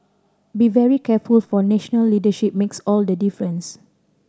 be very careful for national leadership makes all the difference